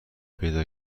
پیدا